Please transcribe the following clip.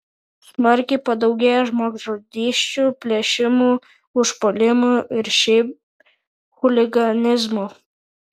smarkiai padaugėjo žmogžudysčių plėšimų užpuolimų ir šiaip chuliganizmo